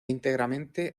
íntegramente